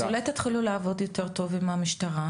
אז אולי תתחילו לעבוד יותר טוב עם המשטרה?